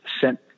sent